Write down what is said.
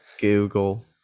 Google